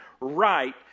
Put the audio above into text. right